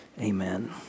amen